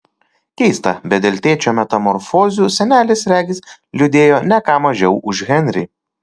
keista bet dėl tėčio metamorfozių senelis regis liūdėjo ne ką mažiau už henrį